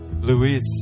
luis